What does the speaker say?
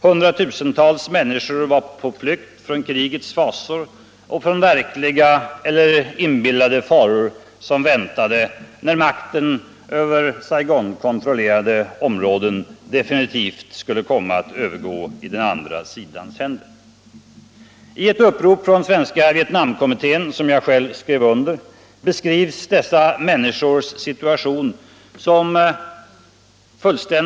Hundratusentals människor var på flykt från krigets fasor och från verkliga eller inbillade faror som väntade när makten över Saigonkontrollerade områden definitivt skulle komma att övergå i den andra sidans händer. I ett upprop från Svenska Vietnamkommittén, som jag själv skrev under, beskrevs dessa människors situation.